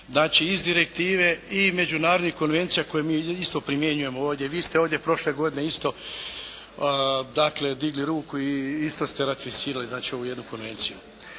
načela iz direktive i međunarodnih konvencija koje mi isto primjenjuje ovdje. Vi ste ovdje prošle godine isto digli ruku i isto ste ratificirali ovu jednu konvenciju.